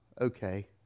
okay